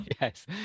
Yes